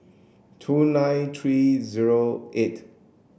two nine three zero eight